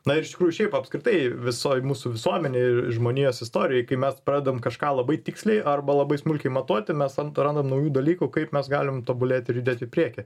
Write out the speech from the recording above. nair iš tikrųjų šiaip apskritai visoj mūsų visuomenėj ir žmonijos istorijoj kai mes pradedam kažką labai tiksliai arba labai smulkiai matuoti mes antrandam naujų dalykų kaip mes galim tobulėti ir judėti į priekį